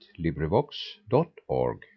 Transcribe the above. LibriVox.org